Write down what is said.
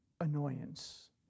annoyance